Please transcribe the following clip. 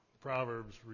Proverbs